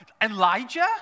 Elijah